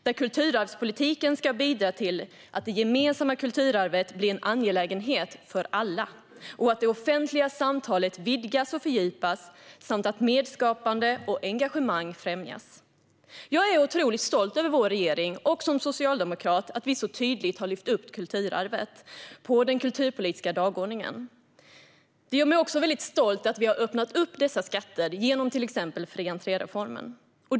Där ska kulturarvspolitiken bidra till att det gemensamma kulturarvet blir en angelägenhet för alla, att det offentliga samtalet vidgas och fördjupas och att medskapande och engagemang främjas. Jag är som socialdemokrat otroligt stolt över vår regering och över att vi så tydligt har lyft upp kulturarvet på den kulturpolitiska dagordningen. Det gör mig också väldigt stolt att vi har öppnat upp dessa skatter genom till exempel reformen med fri entré.